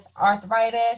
arthritis